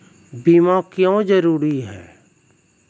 बीमा क्यों जरूरी हैं?